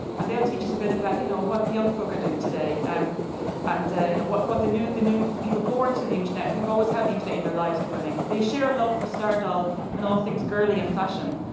and they'll teach us a bit about you know what the young folk are doing today. um and you know what what the new the new people born to the internet, who have always had the internet in their and lives are doing. they shares a love for star doll and all things girly in fashion.